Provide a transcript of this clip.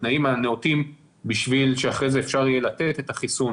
בתנאים הנאותים בשביל שאחרי זה אפשר יהיה לתת את החיסון